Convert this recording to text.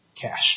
cash